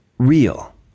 Real